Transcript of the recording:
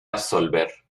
absolver